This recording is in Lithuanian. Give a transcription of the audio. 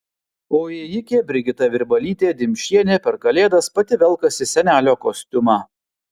o ėjikė brigita virbalytė dimšienė per kalėdas pati velkasi senelio kostiumą